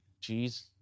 Cheese